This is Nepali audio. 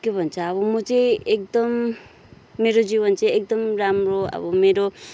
के भन्छ अब म चाहिँ एकदम मेरो जीवन चाहिँ एकदम राम्रो अब मेरो